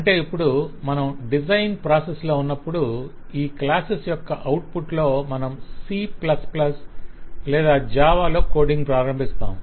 అంటే ఇప్పుడు మనం డిజైన్ ప్రాసెస్ లో ఉన్నప్పుడు ఈ క్లాసెస్ యొక్క అవుట్పుట్ లో మనం C లేదా జావా లో కోడింగ్ ప్రారంభిస్తాము